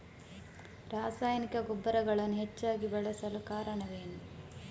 ರಾಸಾಯನಿಕ ಗೊಬ್ಬರಗಳನ್ನು ಹೆಚ್ಚಾಗಿ ಬಳಸಲು ಕಾರಣವೇನು?